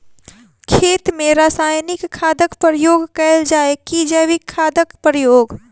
खेत मे रासायनिक खादक प्रयोग कैल जाय की जैविक खादक प्रयोग?